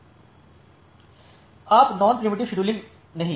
आप non preemptive scheduling नहीं हैं